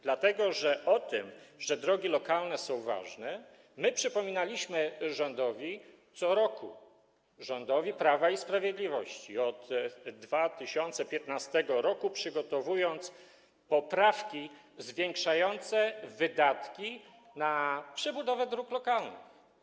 Dlatego że o tym, że drogi lokalne są ważne, my przypominaliśmy rządowi co roku, rządowi Prawa i Sprawiedliwości, od 2015 r., przygotowując poprawki zwiększające wydatki na przebudowę dróg lokalnych.